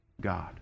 God